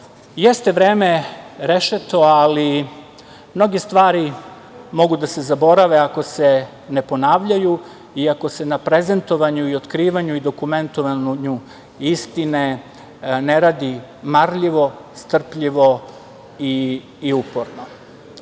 jeste vreme rešeto, ali mnoge stvari mogu da se zaborave ako se ne ponavljaju i ako se na prezentovanju i otkrivanju i dokumentovanju istine ne radi marljivo, strpljivo i uporno. Hvala